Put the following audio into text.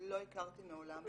לא הכרתי מעולם,